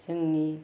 जोंनि